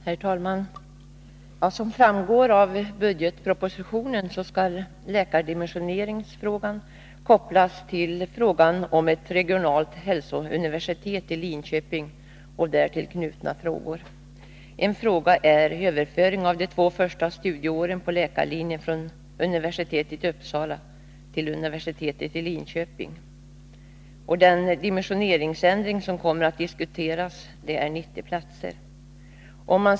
Herr talman! Som framgår av budgetpropositionen skall läkardimensioneringsfrågan kopplas till frågan om ett regionalt hälsouniversitet i Linköping och därtill knutna frågor. En fråga är överföring av de två första studieåren på läkarlinjen från universitetet i Uppsala till universitetet i Linköping. Den dimensioneringsändring som kommer att diskuteras är 90 platser.